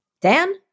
Dan